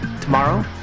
Tomorrow